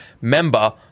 member